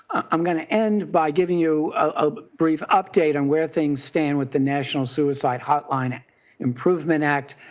um going to end by giving you a brief update on where things stand with the national suicide hotline improvement act.